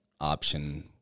option